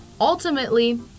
Ultimately